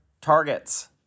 targets